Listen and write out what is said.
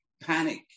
panic